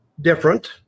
different